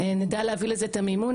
נדע להביא את המימון,